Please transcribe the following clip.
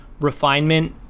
refinement